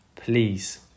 please